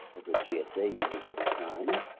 gsa user this time.